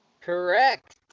Correct